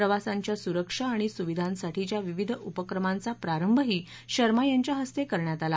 प्रवासांच्या सुरक्षा आणि सुविधांसाठीच्या विविध उपक्रमांचा प्रारंभही शर्मा यांच्या हस्ते करण्यात आला